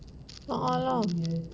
ah ah lah